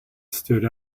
stood